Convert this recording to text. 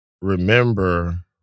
remember